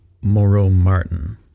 Moro-Martin